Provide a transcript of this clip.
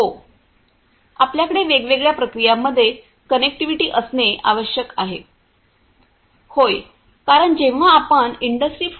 हो आपल्याकडे वेगवेगळ्या प्रक्रियांमध्ये कनेक्टिव्हिटी असणे आवश्यक आहे होय कारण जेव्हा आपण इंडस्ट्री 4